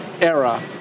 era